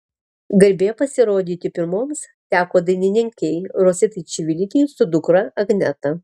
garbė pasirodyti pirmoms teko dainininkei rositai čivilytei su dukra agneta